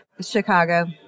Chicago